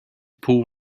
pull